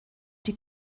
die